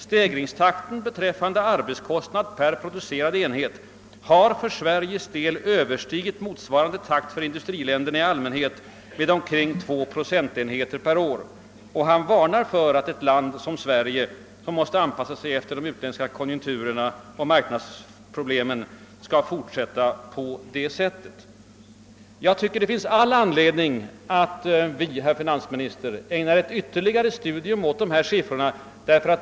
Stegringstakten beträffande arbetskostnaden per producerad enhet har för Sveriges del överstigit motsvarande takt för industriländerna i allmänhet med omkring två procentenheter per år. Han varnar för att ett land som Sverige, som måste anpassa sig efter de utländska konjunkturerna på marknaden, skall fortsätta på det viset. Jag tycker, herr finansminister, att det finns anledning att ägna dessa siffror ytterligare studium.